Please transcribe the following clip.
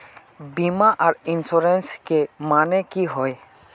बीमा आर इंश्योरेंस के माने की होय?